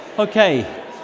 Okay